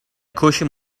cushion